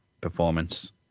performance